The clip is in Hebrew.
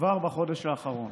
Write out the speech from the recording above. כבר בחודש האחרון.